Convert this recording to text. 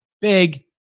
big